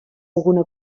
alguna